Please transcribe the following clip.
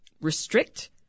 restrict